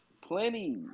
Plenty